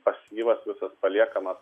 pasyvas visas paliekamas